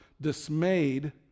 dismayed